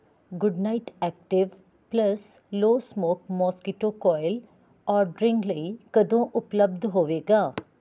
good Knight active plus low smoke mosquito coil ordering ਲਈ ਕਦੋਂ ਉਪਲਬਧ ਹੋਵੇਗਾ